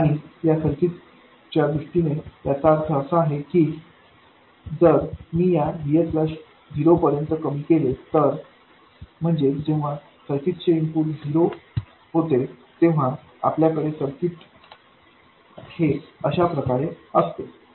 आणि सर्किटच्या दृष्टीने याचा अर्थ असा आहे की जर मी या VS ला झिरो पर्यंत कमी केले तर म्हणजेच जेव्हा सर्किट चे इनपुट झिरो होते तेव्हा आपल्याकडे सर्किट हे अशाप्रकारे असते